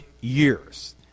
years